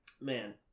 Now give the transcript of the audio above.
Man